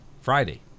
friday